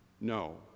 no